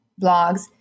blogs